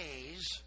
days